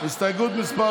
הסתייגות מס'